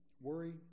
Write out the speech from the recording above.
worry